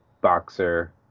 boxer